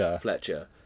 Fletcher